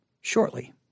shortly